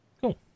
Cool